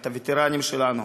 את הווטרנים שלנו.